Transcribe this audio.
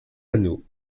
anneaux